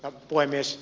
arvoisa puhemies